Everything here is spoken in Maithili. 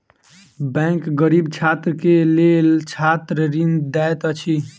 बैंक गरीब छात्र के लेल छात्र ऋण दैत अछि